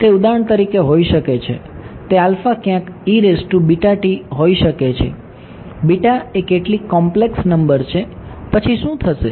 તે ઉદાહરણ તરીકે હોઈ શકે છે તે ક્યાંક હોઈ શકે છે એ કેટલીક કોમ્પ્લેક્સ નંબર છે પછી શું થશે